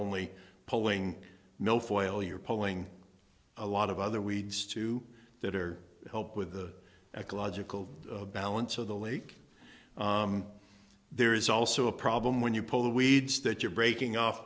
only pulling no foil you're pulling a lot of other weeds too that are help with the ecological balance of the lake there is also a problem when you pull the weeds that you're breaking